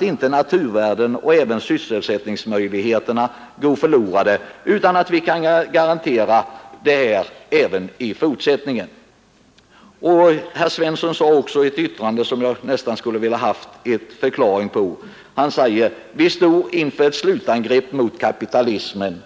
vare sig naturvärden eller sysselsättningsmöjligheter går förlorade utan att vi kan garantera dem även i fortsättningen. Herr Svensson fällde också ett yttrande som jag skulle vilja ha en förklaring på. Han sade att vi står inför ett slutangrepp mot kapitalismen.